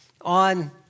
on